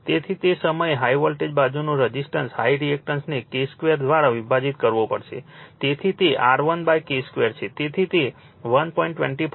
તેથી તે સમયે હાઇ વોલ્ટેજ બાજુનો રઝિસ્ટન્સ હાઇ રિએક્ટન્સને K2 દ્વારા વિભાજીત કરવો પડશે તેથી તે R1 K2 છે